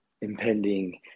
impending